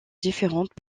différentes